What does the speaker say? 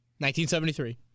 1973